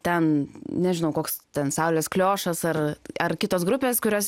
ten nežinau koks ten saulės kliošas ar ar kitos grupės kurios